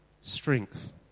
Strength